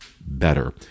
better